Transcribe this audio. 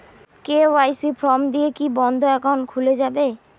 KYC form দিয়ে কি বন্ধ একাউন্ট খুলে যাবে?